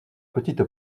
petite